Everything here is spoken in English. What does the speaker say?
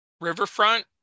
Riverfront